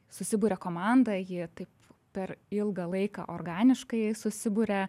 susiburia komanda ji taip per ilgą laiką organiškai susiburia